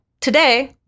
today